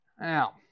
Now